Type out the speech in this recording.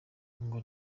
ngo